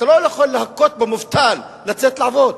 אתה לא יכול להכות במובטל לצאת לעבוד.